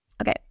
Okay